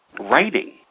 writing